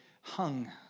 hung